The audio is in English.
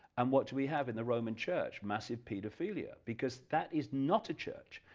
and what do we have in the roman church? massive pedophilia, because that is not a church,